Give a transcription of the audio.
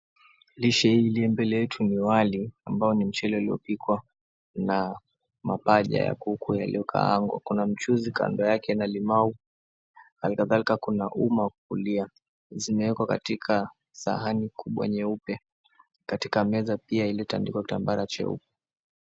Lishe hili mbele yetu ni wali ambao ni mchele uliopikwa na mapaja ya kuku yaliyokaangwa. Kuna mchuzi kando yake na limau halikadhalika kuna uma wa kulia zimewekwa katika sahani kubwa nyeupe katika meza pia iliyotandikwa kitambara cheupe.